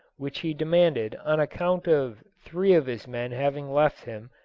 which he demanded on account of three of his men having left him,